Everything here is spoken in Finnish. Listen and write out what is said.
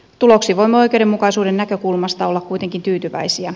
tuloksiin voimme oikeudenmukaisuuden näkökulmasta olla kuitenkin tyytyväisiä